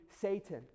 Satan